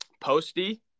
Posty